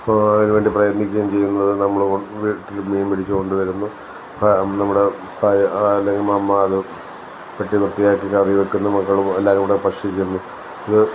ഇപ്പോൾ അതിന് വേണ്ടി പ്രയത്നിക്കുകയും ചെയ്യുന്നത് നമ്മൾ വീട്ടിൽ മീൻ പിടിച്ചു കൊണ്ടു വരുന്നു അപ്പം നമ്മുടെ അല്ലെങ്കിൽ മമ്മ അത് വെട്ടി വൃത്തിയാക്കി കറിവയ്ക്കുന്നു മക്കൾ എല്ലാവരും കൂടെ ഭക്ഷിക്കുന്നു ഒരു